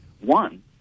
One